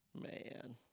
man